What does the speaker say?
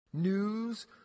news